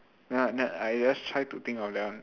no no I just tried to think of that one